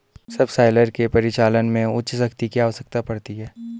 subsoiler के परिचालन में उच्च शक्ति की आवश्यकता पड़ती है